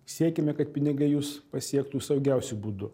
siekiame kad pinigai jus pasiektų saugiausiu būdu